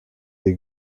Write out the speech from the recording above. des